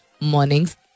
mornings